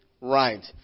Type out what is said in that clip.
right